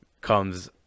comes